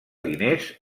diners